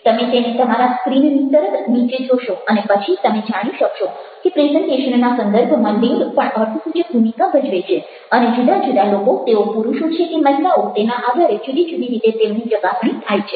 તમે તેને તમારા સ્ક્રીનની તરત નીચે જોશો અને પછી તમે જાણી શકશો કે પ્રેઝન્ટેશનના સંદર્ભમાં લિંગ પણ અર્થસૂચક ભૂમિકા ભજવે છે અને જુદા જુદા લોકો તેઓ પુરુષો છે કે મહિલાઓ તેના આધારે જુદી જુદી રીતે તેમની ચકાસણી થાય છે